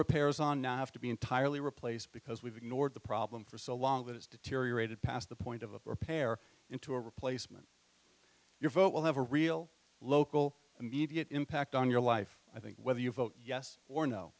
repairs on nafta be entirely replaced because we've ignored the problem for so long that it's deteriorated past the point of a repair into a replacement your vote will have a real local immediate impact on your life i think whether you vote yes or no